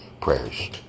Prayers